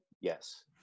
yes